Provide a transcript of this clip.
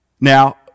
Now